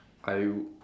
I